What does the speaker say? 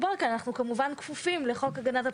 כמובן כפופים להוראות חוק הגנת הפרטיות.